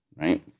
right